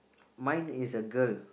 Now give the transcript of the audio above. mine is a girl